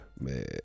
Man